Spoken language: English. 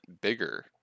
bigger